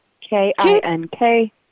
K-I-N-K